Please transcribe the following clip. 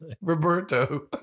Roberto